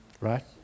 right